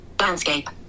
Landscape